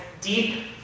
deep